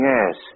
Yes